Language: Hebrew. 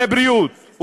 לבריאות,